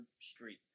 street